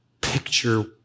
picture